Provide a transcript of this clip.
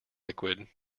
liquid